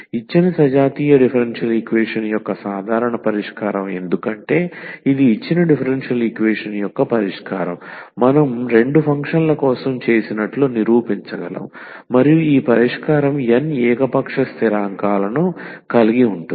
ఇచ్చిన సజాతీయ differential equation యొక్క సాధారణ పరిష్కారం ఎందుకంటే ఇది ఇచ్చిన డిఫరెన్షియల్ ఈక్వేషన్ యొక్క పరిష్కారం మనం రెండు ఫంక్షన్ల కోసం చేసినట్లు నిరూపించగలము మరియు ఈ పరిష్కారం n ఏకపక్ష స్థిరాంకాలను కలిగి ఉంటుంది